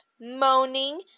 moaning